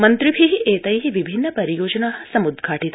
मन्त्रिभि एतै विभिन्नपरियोजना समुद्घात्ति